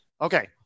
Okay